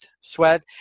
Sweat